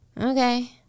Okay